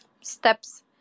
steps